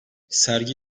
sergi